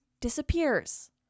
disappears